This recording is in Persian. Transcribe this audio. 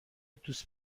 دوست